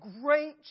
great